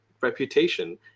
reputation